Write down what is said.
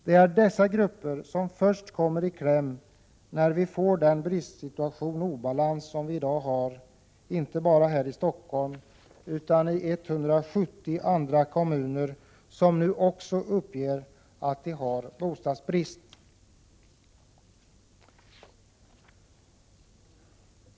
Det är dessa grupper som först kommer i kläm i den bristsituation och obalans som vi i dag har — inte bara här i Stockholm utan i 170 andra kommuner, som nu också uppger att de har bostadsbrist.